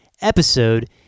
episode